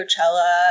Coachella